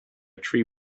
tree